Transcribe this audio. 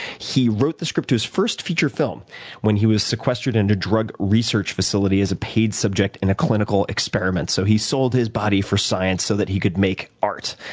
he wrote the script to his first feature film when he was sequestered in a drug research facility as a paid subject in a clinical experiment. so he sold his body for science so that he could make art.